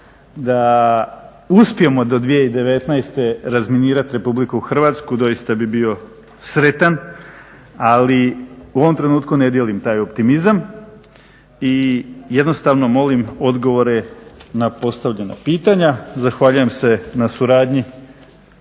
da uspijemo do 2019. razminirat RH doista bi bio sretan ali u ovom trenutku ne dijelim taj optimizam i jednostavno molim odgovore na postavljena pitanja. Zahvaljujem se na suradnji